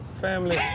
family